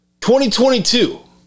2022